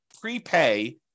prepay